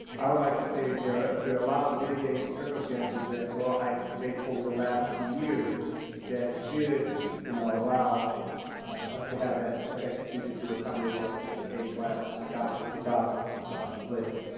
i would like to say that there are a lot of mitigating circumstances that loyal heights has faced over the last few years that should you know allow us to have that that extra teacher to accommodate that that k class without without splits.